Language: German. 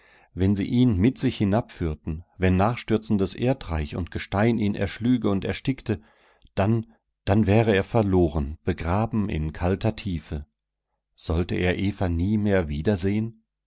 wenn sie ihn mit sich hinabführten wenn nachstürzendes erdreich und gestein ihn erschlüge und erstickte dann dann wäre er verloren begraben in kalter tiefe sollte er eva nie mehr wiedersehen